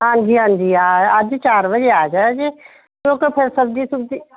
ਹਾਂਜੀ ਹਾਂਜੀ ਅੱਜ ਚਾਰ ਵਜੇ ਆ ਜਾਇਆ ਜੇ ਕਿਉਂਕਿ ਸਬਜ਼ੀ ਸੁਬਜ਼ੀ